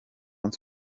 once